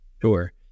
Sure